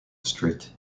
street